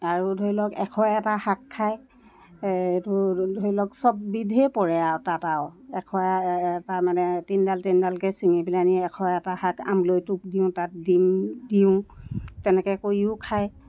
আৰু ধৰি লওক এশ এটা শাক খায় এইটো ধৰি লওক চববিধেই পৰে আৰু তাত আৰু এশ এ এটা মানে তিনিডাল তিনিডালকৈ ছিঙি পেলানি এশ এটা শাক আমৰলি টোপ দিওঁ তাত ডিম দিওঁ তেনেকৈ কৰিও খায়